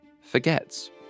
forgets